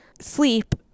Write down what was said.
sleep